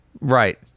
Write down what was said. Right